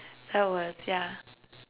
that works yeah